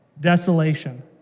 desolation